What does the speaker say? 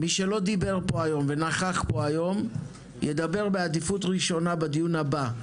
מי שלא דיבר ונכח פה היום ידבר בעדיפות ראשונה בדיון הבא.